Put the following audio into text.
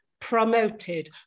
promoted